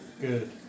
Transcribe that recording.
Good